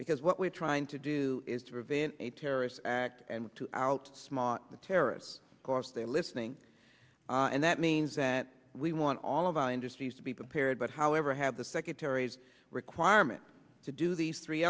because what we're trying to do is to prevent a terrorist act and to outsmart the terrorists because they're listening and that means that we want all of our industries to be prepared but however have the secretary's requirement to do these three